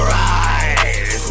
rise